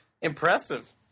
Impressive